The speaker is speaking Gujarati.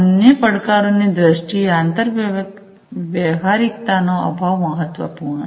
અન્ય પડકારોની દ્રષ્ટિએ આંતરવ્યવહારિકતાનો અભાવ મહત્વપૂર્ણ છે